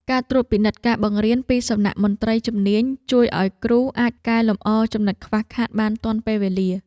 ការត្រួតពិនិត្យការបង្រៀនពីសំណាក់មន្ត្រីជំនាញជួយឱ្យគ្រូអាចកែលម្អចំណុចខ្វះខាតបានទាន់ពេលវេលា។